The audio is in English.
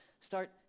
start